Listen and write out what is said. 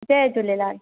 Jay Jhulelal